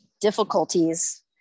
difficulties